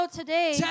today